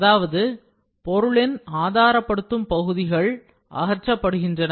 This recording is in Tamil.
அதாவது பொருளின் ஆதாரப்படுத்தும் பகுதிகள் அகற்றப்படுகின்றன